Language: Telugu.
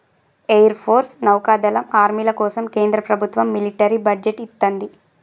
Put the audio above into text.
ఎయిర్ ఫోర్స్, నౌకాదళం, ఆర్మీల కోసం కేంద్ర ప్రభత్వం మిలిటరీ బడ్జెట్ ఇత్తంది